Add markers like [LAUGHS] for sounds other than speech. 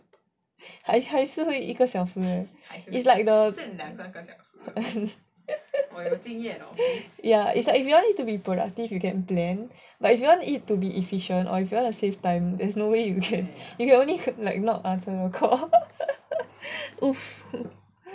还还是会一个小时的 ya is like if you want it to be productive you can plan but if you want it to be efficient or if you wanna save time there's no way you can you can only like not answer the call [LAUGHS] !oof!